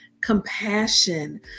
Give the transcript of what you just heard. compassion